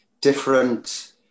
different